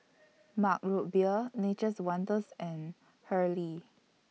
Mug Root Beer Nature's Wonders and Hurley